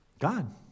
God